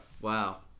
Wow